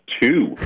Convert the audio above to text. two